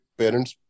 parents